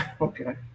Okay